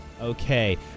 Okay